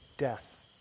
death